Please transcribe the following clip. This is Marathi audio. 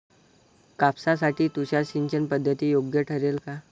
कापसासाठी तुषार सिंचनपद्धती योग्य ठरेल का?